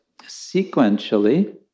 sequentially